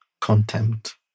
contempt